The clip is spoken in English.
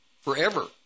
forever